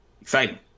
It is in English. exciting